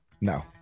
no